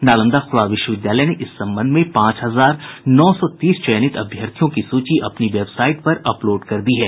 नालंदा खूला विश्वविद्यालय ने इस संबंध में पांच हजार नौ सौ तीस चयनित अभ्यर्थियों की सूची अपनी वेबसाइट पर अपलोड कर दी है